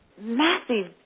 massive